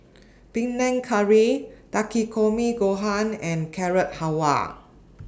Panang Curry Takikomi Gohan and Carrot Halwa